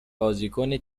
بازیکن